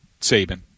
Saban